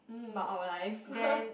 about our life